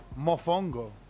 Mofongo